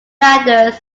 ladders